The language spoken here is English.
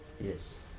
Yes